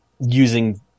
using